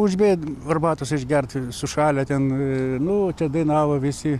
užbėg arbatos išgerti sušalę ten nu čia dainavo visi